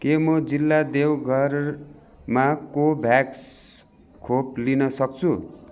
के म जिल्ला देवघरमा कोभ्याक्स खोप लिन सक्छु